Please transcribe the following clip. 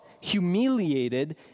humiliated